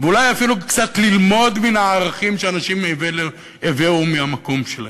ואולי אפילו קצת ללמוד מן הערכים שהאנשים האלה הביאו מהמקום שלהם.